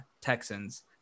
Texans